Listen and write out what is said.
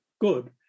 good